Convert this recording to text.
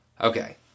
Okay